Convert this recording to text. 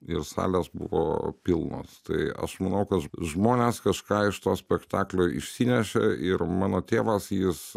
ir salės buvo pilnos tai aš manau kad žmonės kažką iš to spektaklio išsinešė ir mano tėvas jis